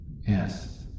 yes